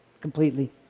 completely